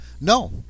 No